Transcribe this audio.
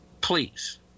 Please